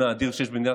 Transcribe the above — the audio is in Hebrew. פרטני,